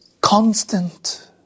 constant